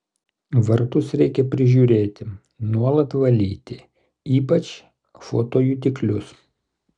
vartus reikia prižiūrėti nuolat valyti ypač fotojutiklius